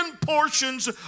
Portions